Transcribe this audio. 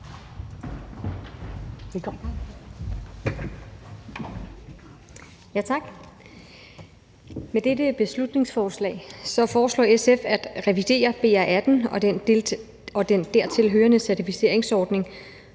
Med dette beslutningsforslag foreslår SF at revidere BR18 og den dertilhørende certificeringsordning,